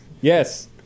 Yes